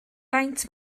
faint